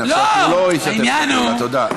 אתה יודע,